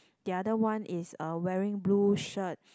the other one is uh wearing blue shirt